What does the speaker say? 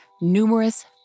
numerous